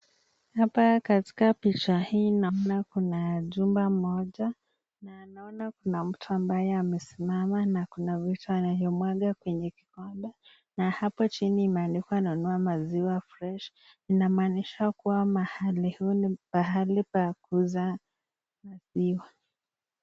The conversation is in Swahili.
Hapa katika picha hii naona kuna jumba moja. Na naona kuna mtu ambaye amesimama na kuna vitu anayomwaga kwenye kikombe. Na hapo chini imendikwa' Nunua maziwa fresh .' Inamaanisha kuwa mahali huu ni pahali pa kuuza maziwa.